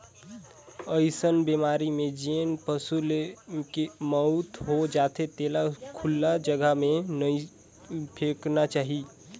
अइसन बेमारी में जेन पसू के मउत हो जाथे तेला खुल्ला जघा में नइ फेकना चाही